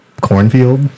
cornfield